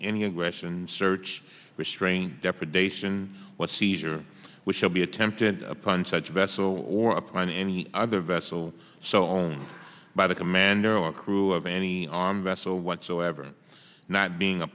any aggression search restrain depredation what seizure which shall be attempted upon such vessel or upon any other vessel so owned by the commander or crew of any on vessel whatsoever not being a